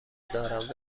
دارم